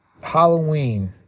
Halloween